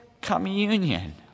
communion